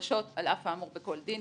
נדרשות על אף האמור בכל דין,